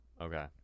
Okay